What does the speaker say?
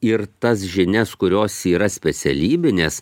ir tas žinias kurios yra specialybinės